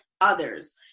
others